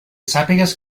sàpigues